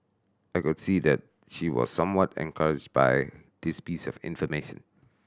I could see that she was somewhat encouraged by this piece of information